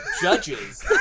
judges